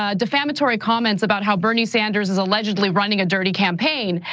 ah defamatory comments about how bernie sanders is allegedly running a dirty campaign.